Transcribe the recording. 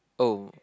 oh